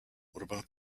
about